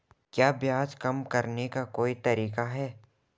क्या ब्याज कम करने का कोई तरीका है?